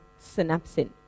synapsin